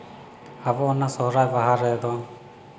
ᱟᱵᱚ ᱚᱱᱟ ᱥᱚᱦᱚᱨᱟᱭ ᱵᱟᱦᱟ ᱨᱮᱫᱚ